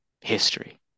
history